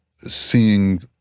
seeing